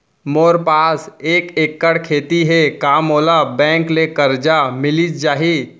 मोर पास एक एक्कड़ खेती हे का मोला बैंक ले करजा मिलिस जाही?